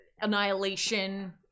Annihilation